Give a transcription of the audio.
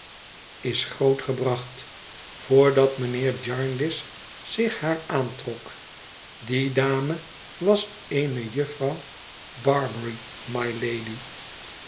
is groot gebracht voordat mijnheer jarndyce zich haar aantrok die dame was eene jufvrouw barbary rnylady